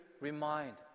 remind